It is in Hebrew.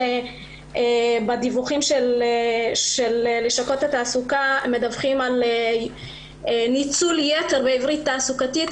בדיווחים של לשכות התעסוקה מדווחים על ניצול יתר בעברית תעסוקתית,